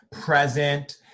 present